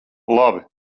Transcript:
labi